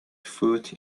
foot